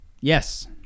Yes